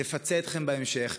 נפצה אתכם בהמשך.